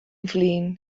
flin